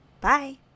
Bye